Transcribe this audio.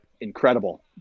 incredible